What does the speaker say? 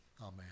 Amen